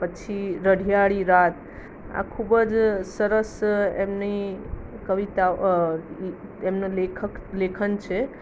પછી રઢિયાળી રાત આ ખૂબ જ સરસ એમની કવિતા એમનો લેખક લેખન છે